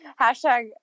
Hashtag